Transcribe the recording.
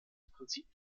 prinzip